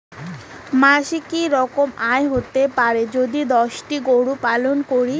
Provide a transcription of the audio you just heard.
মাসিক কি রকম আয় হতে পারে যদি দশটি গরু পালন করি?